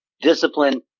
Discipline